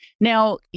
Now